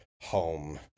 home